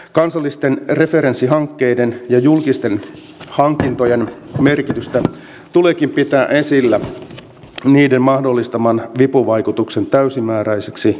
kansallisten referenssihankkeiden ja julkisten hankintojen merkitystä tuleekin pitää esillä niiden mahdollistaman vipuvaikutuksen täysimääräiseksi hyödyntämiseksi